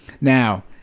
Now